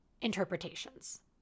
interpretations